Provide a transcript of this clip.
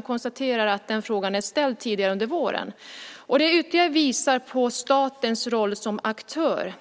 Jag konstaterar att frågan har ställts tidigare under våren. Det visar ytterligare på statens roll som aktör.